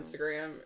Instagram